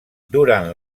durant